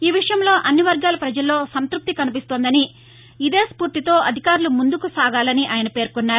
ఈ విషయంలో అన్ని వర్గాల ప్రజలలో సంతృప్తి కనిపిస్తుందని ఇదే స్నూర్తితో అధికారులు ముందుకు సాగాలని ఆయన పేర్కొన్నారు